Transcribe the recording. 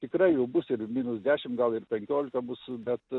tikrai jau bus ir minus dešimt ir penkiolika bus bet